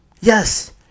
Yes